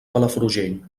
palafrugell